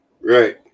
Right